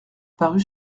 parut